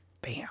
Bam